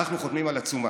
אנחנו חותמים על עצומה.